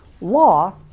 law